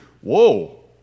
Whoa